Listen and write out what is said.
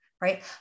right